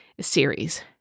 series